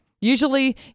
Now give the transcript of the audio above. Usually